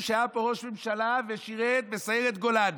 שהיה פה ראש ממשלה ושירת בסיירת גולני,